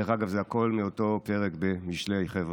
דרך אגב, זה הכול מאותו פרק במשלי, חבר'ה.